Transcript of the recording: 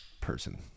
Person